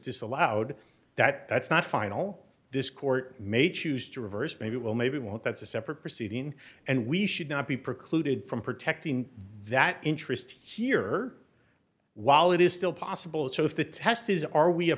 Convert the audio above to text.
disallowed that that's not final this court may choose to reverse maybe it will maybe it won't that's a separate proceeding and we should not be precluded from protecting that interest here while it is still possible so if the test is are we a